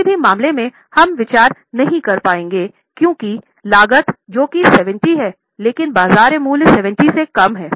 अब किसी भी मामले में हम विचार नहीं कर पाएंगे क्योंकि लागत जो कि 70 है लेकिन बाजार मूल्य 70 से कम है